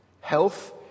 Health